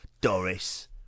Doris